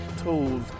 Tools